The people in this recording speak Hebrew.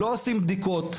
לא עושים בדיקות,